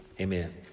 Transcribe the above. Amen